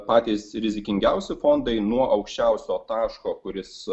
patys rizikingiausi fondai nuo aukščiausio taško kuris